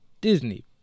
Disney